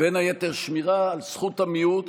בין היתר שמירה על זכות המיעוט,